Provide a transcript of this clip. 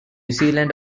zealand